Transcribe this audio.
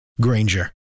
Granger